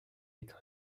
école